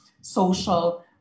social